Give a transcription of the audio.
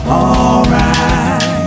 alright